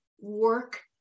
Work